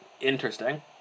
interesting